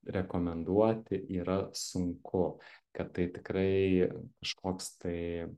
rekomenduoti yra sunku kad tai tikrai kažkoks tai